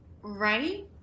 right